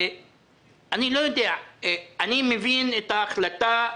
אני מבין את ההחלטה,